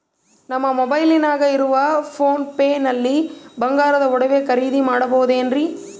ನಮ್ಮ ಮೊಬೈಲಿನಾಗ ಇರುವ ಪೋನ್ ಪೇ ನಲ್ಲಿ ಬಂಗಾರದ ಒಡವೆ ಖರೇದಿ ಮಾಡಬಹುದೇನ್ರಿ?